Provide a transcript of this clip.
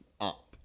up